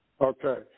Okay